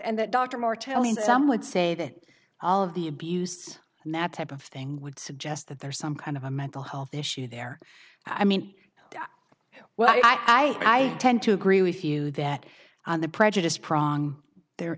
and that dr more telling some would say that all of the abuse and that type of thing would suggest that there is some kind of a mental health issue there i mean well i tend to agree with you that on the prejudice prong there